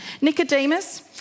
Nicodemus